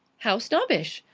how snobbish!